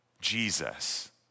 Jesus